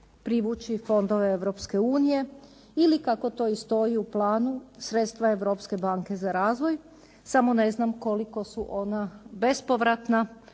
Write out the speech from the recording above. privući fondove Europske unije ili kako to i stoji u planu sredstva Europske banke za razvoj samo ne znam koliko su ona bespovratna,